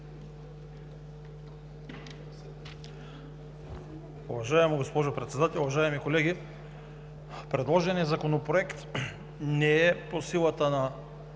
Уважаема госпожо Председател, уважаеми колеги! Предложеният Законопроект не е по силата на